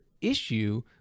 issue